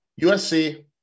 USC